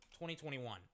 2021